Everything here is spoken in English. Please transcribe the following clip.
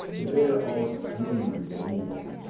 to bear all smooth and even,